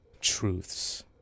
truths